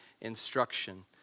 instruction